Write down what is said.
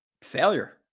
failure